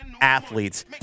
athletes